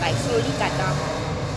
like slowly cut down on